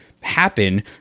happen